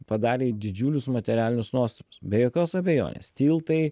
padarė didžiulius materialinius nuostolius be jokios abejonės tiltai